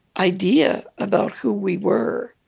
idea about who we were.